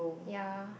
ya